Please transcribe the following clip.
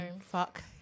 Fuck